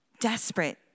desperate